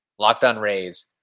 LockedOnRays